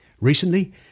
Recently